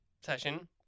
session